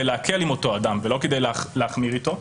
להקל עם אותו אדם ולא כדי להחמיר איתו.